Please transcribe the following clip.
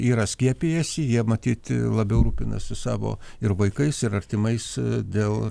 yra skiepijęsi jie matyt labiau rūpinasi savo ir vaikais ir artimais dėl